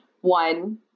one